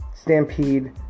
Stampede